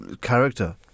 character